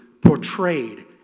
portrayed